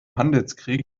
handelskrieg